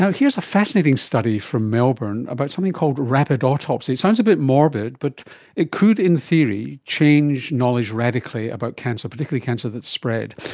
here's a fascinating study from melbourne about something called rapid autopsy. it sounds a bit morbid but it could in theory change knowledge radically about cancer, particularly cancer that has spread.